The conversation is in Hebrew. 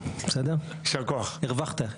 הרווחת.